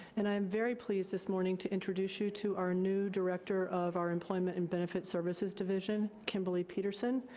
and i am very pleased this morning to introduce you to our new director of our employment and benefit services division, kimberly peterson.